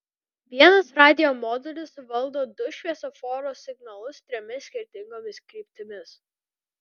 vienas radijo modulis valdo du šviesoforo signalus trimis skirtingomis kryptimis